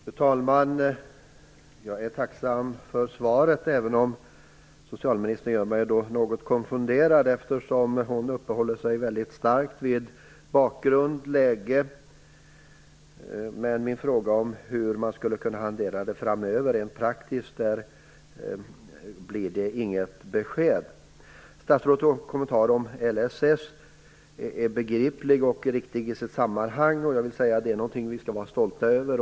Fru talman! Jag är tacksam för svaret även om socialministern gör mig något konfunderad eftersom hon uppehåller sig väldigt mycket vid bakgrund och läge. Men på min fråga om hur man skall hantera detta framöver rent praktiskt får jag inget besked. Statsrådets kommentar om LSS är begriplig och riktig i sitt sammanhang. Det är någonting som vi skall vara stolta över.